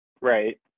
Right